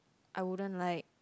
I wouldn't like